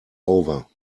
over